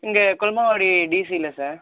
இங்கே கொல்லுமாங்குடி டிசியில் சார்